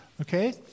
Okay